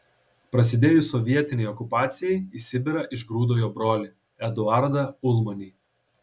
prasidėjus sovietinei okupacijai į sibirą išgrūdo jo brolį eduardą ulmanį